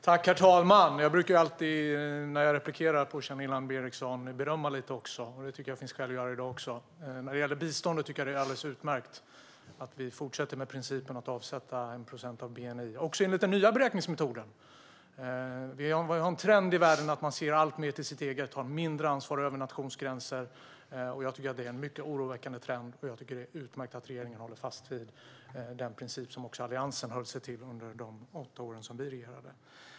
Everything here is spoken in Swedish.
Herr talman! När jag tar replik på Janine Alm Ericson brukar jag alltid ge lite beröm också, och det tycker jag att det finns skäl att göra även i dag. När det gäller biståndet tycker jag att det är alldeles utmärkt att vi fortsätter med principen att avsätta 1 procent av bni, också enligt den nya beräkningsmetoden. Vi har en trend i världen att man ser alltmer till sitt eget och tar mindre ansvar över nationsgränser. Det är en mycket oroväckande trend, och jag tycker att det är utmärkt att regeringen håller fast vid den princip som också Alliansen höll sig till under de åtta år som vi regerade.